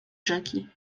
rzeki